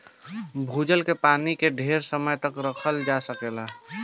भूजल के पानी के ढेर समय तक रखल जा सकेला